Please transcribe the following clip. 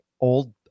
old